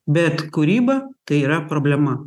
bet kūryba tai yra problema